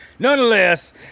Nonetheless